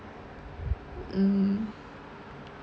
mm